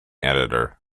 editor